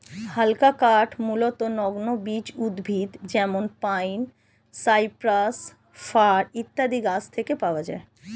হালকা কাঠ মূলতঃ নগ্নবীজ উদ্ভিদ যেমন পাইন, সাইপ্রাস, ফার ইত্যাদি গাছের থেকে পাওয়া যায়